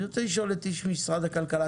אני רוצה לשאול את איש משרד הכלכלה.